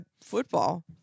football